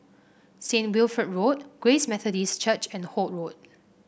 Saint Wilfred Road Grace Methodist Church and Holt Road